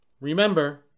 Remember